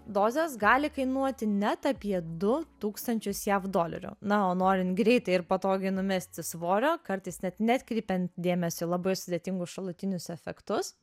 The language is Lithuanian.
dozės gali kainuoti net apie du tūkstančius jav dolerių na o norint greitai ir patogiai numesti svorio kartais net neatkreipiant dėmesio į labai sudėtingus šalutinius efektus